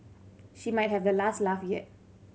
she might have the last laugh yet